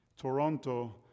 Toronto